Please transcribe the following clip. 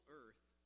earth